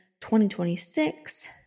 2026